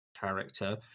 character